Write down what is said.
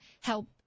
help